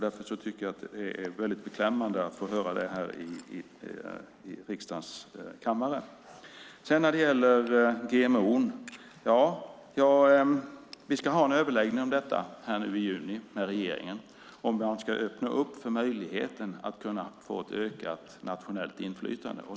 Därför tycker jag att det är väldigt beklämmande att får höra detta i riksdagens kammare. När det gäller GMO ska vi ha en överläggning med regeringen i juni om man ska öppna för möjligheten att kunna få ett utökat nationellt inflytande.